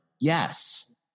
yes